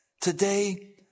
Today